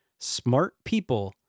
SMARTPEOPLE